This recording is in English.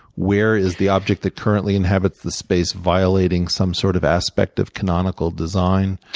where is the object that currently inhabits the space violating some sort of aspect of canonical design?